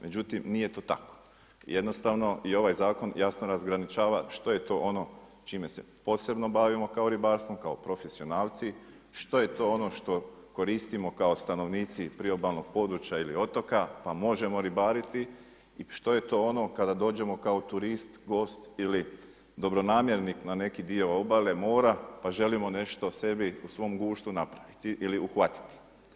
Međutim nije to tako, jednostavno je ovaj zakon jasno razgraničava, što je to ono čime posebno bavimo ribarstvom kao profesionalci, što je to ono što koristimo kao stanovnici priobalnog područja ili otoka pa možemo ribariti, što je to ono kada dođemo kao turist, gost ili dobronamjernik na neki dio obale mora pa želimo nešto sebi o svom guštu napraviti ili uhvatiti.